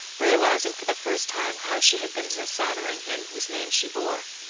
realizing for the first time how she had been dishonouring him whose name she bore.